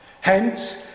Hence